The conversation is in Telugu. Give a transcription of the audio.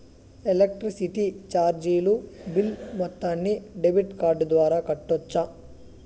ఎలక్ట్రిసిటీ చార్జీలు బిల్ మొత్తాన్ని డెబిట్ కార్డు ద్వారా కట్టొచ్చా?